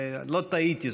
לא טעיתי,